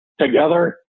together